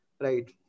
right